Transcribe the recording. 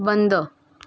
बंद